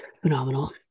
Phenomenal